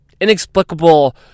inexplicable